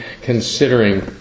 considering